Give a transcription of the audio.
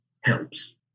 helps